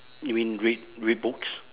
you mean read read books